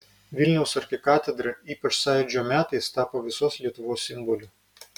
vilniaus arkikatedra ypač sąjūdžio metais tapo visos lietuvos simboliu